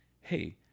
Hey